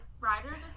riders